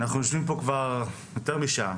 אנחנו יושבים פה כבר יותר משעה